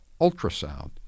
ultrasound